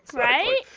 right?